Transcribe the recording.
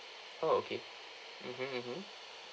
oh okay mmhmm mmhmm